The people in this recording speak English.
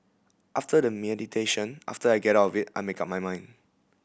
after the meditation after I get out of it I make up my mind